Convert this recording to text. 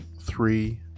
three